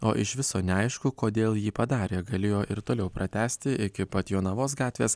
o iš viso neaišku kodėl jį padarė galėjo ir toliau pratęsti iki pat jonavos gatvės